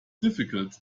difficult